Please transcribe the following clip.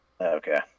Okay